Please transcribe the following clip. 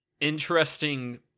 interesting